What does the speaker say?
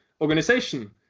organization